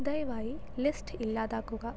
ദയവായി ലിസ്റ്റ് ഇല്ലാതാക്കുക